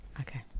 Okay